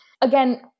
again